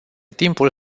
timpul